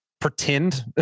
pretend